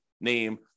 name